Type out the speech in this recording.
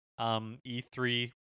E3